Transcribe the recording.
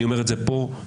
אני אומר את זה פה למנכ"ל.